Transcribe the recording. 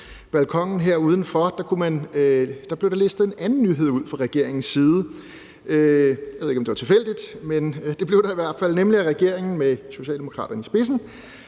blev der listet en anden nyhed ud fra regeringens side. Jeg ved ikke, om det var tilfældigt, men det blev der i hvert fald, nemlig at regeringen med Socialdemokraterne i spidsen